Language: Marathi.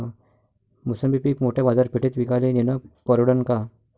मोसंबी पीक मोठ्या बाजारपेठेत विकाले नेनं परवडन का?